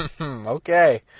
Okay